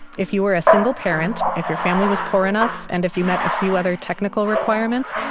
if you were a single parent, if your family was poor enough and if you met a few other technical requirements,